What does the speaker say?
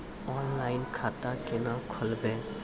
Online खाता केना खोलभैबै?